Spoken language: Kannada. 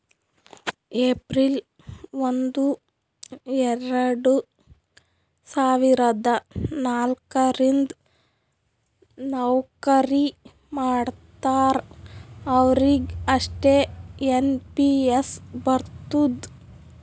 ಏಪ್ರಿಲ್ ಒಂದು ಎರಡ ಸಾವಿರದ ನಾಲ್ಕ ರಿಂದ್ ನವ್ಕರಿ ಮಾಡ್ತಾರ ಅವ್ರಿಗ್ ಅಷ್ಟೇ ಎನ್ ಪಿ ಎಸ್ ಬರ್ತುದ್